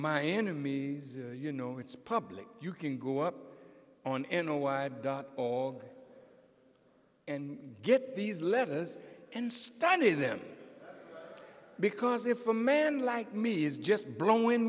my enemies you know it's public you can go up on n o y dot org and get these letters and study them because if a man like me is just blown w